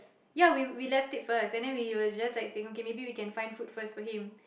ya we we left it first and then we were just like saying okay maybe we can find food first for him